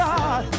God